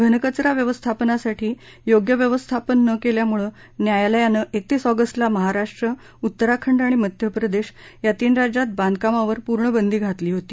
घनकचरा व्यवस्थापनासाठी योग्य व्यवस्थापन न केल्यामुळे न्यायालयानं एकतीस ऑगस्टला महाराष्ट्र उत्तराखंड आणि मध्य प्रदेश या तीन राज्यात बांधकामांवर पूर्ण बंदी घातली होती